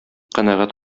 канәгать